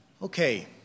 Okay